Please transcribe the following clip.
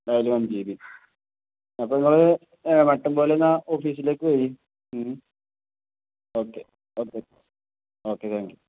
അതായത് one G B അപ്പം നിങ്ങൾ പറ്റും പോലെ എന്നാൽ ഓഫീസിലേക്ക് വരീ okay okay okay thank U